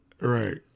Right